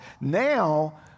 now